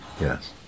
Yes